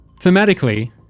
thematically